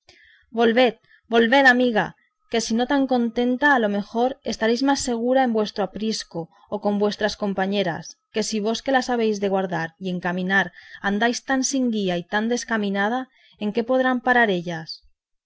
volved volved amiga que si no tan contenta a lo menos estaréis más segura en vuestro aprisco o con vuestras compañeras que si vos que las habéis de guardar y encaminar andáis tan sin guía y tan descaminada en qué podrán parar ellas